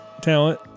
talent